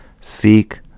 seek